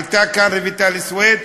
עלתה כאן רויטל סויד,